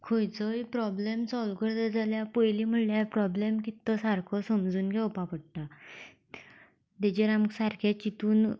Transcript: खंयचोय problem solve करतलो जाल्यार पयलीं म्हणल्यार प्रॉबलम कितें तें सारको समजून घेवपाक पडटा ताजेर आमकां सारकें चिंतून